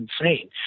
insane